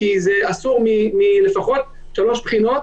כי זה אסור לפחות משלוש בחינות.